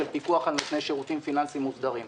של פיקוח על נותני שירותים פיננסיים מוסדרים,